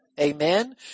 Amen